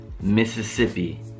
Mississippi